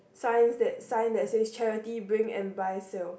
sign that sign that says charity bring and buy sale